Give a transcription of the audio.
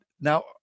Now